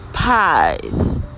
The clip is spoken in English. Pies